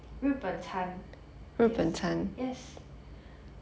日本餐 yes yes